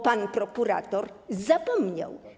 Pan prokurator zapomniał.